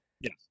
Yes